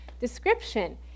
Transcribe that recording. description